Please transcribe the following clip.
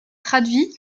traduit